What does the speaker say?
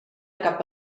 cap